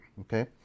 okay